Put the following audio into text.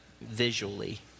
visually